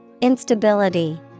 Instability